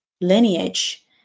lineage